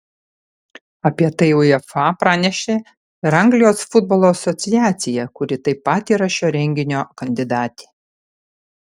apie tai uefa pranešė ir anglijos futbolo asociacija kuri taip pat yra šio renginio kandidatė